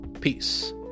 Peace